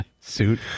suit